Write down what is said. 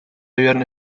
верно